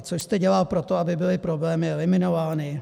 Co jste dělal pro to, aby byly problémy eliminovány?